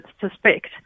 suspect